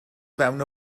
fewn